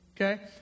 Okay